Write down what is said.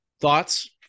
thoughts